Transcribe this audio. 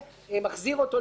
מחזיר אותו לידיי,